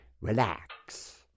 relax